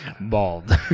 Bald